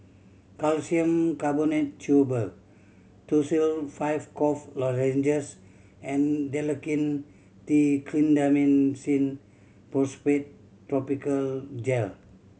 Calcium Carbonate Chewable Tussil Five Cough Lozenges and Dalacin T Clindamycin Phosphate Topical Gel